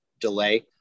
delay